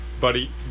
Buddy